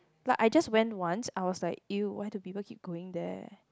but I just went once I was like !eww! what do people keep going there